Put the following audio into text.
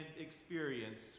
experience